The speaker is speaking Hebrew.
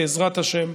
בעזרת השם,